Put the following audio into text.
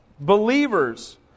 believers